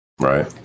Right